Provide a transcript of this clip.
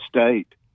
State